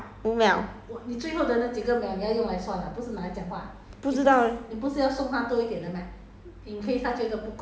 十秒 ah 我的也是剩下现在七秒六秒五秒